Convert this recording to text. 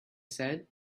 said